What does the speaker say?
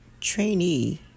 trainee